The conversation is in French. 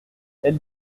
elle